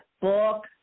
book